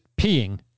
peeing